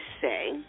say